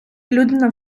людина